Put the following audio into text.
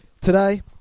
Today